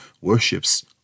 worships